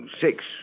Six